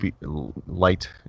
light